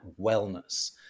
wellness